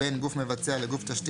"תוכנית